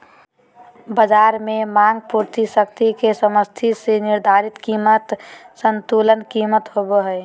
बज़ार में मांग पूर्ति शक्ति के समस्थिति से निर्धारित कीमत संतुलन कीमत होबो हइ